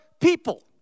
people